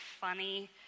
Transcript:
funny